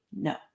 No